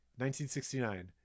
1969